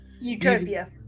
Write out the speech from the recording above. utopia